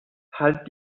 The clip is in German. halt